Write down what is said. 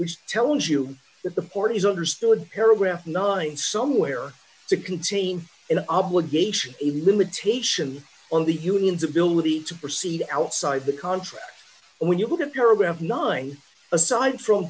which tells you that the parties understood paragraph nine somewhere to contain an obligation a limitation on the union's ability to proceed outside the contract and when you look at paragraph nine aside from